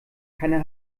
keine